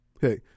Hey